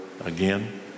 again